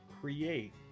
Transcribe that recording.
create